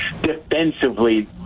defensively